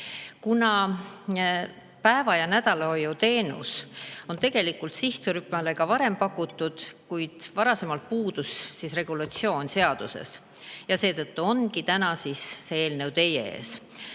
Päeva- ja nädalahoiu teenust on tegelikult sihtrühmale ka varem pakutud, kuid varasemalt puudus see regulatsioon seaduses. Seetõttu ongi täna see eelnõu teie ees.